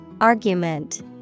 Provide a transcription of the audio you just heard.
Argument